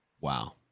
Wow